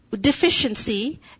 deficiency